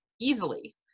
easily